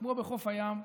כמו בחוף הים,